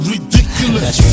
Ridiculous